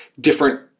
different